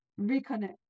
reconnect